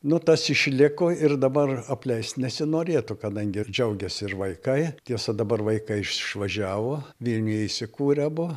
nu tas išliko ir dabar apleist nesinorėtų kadangi ir džiaugiasi ir vaikai tiesa dabar vaikai išvažiavo vieni įsikūrė abu